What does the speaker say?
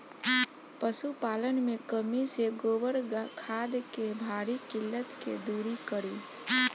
पशुपालन मे कमी से गोबर खाद के भारी किल्लत के दुरी करी?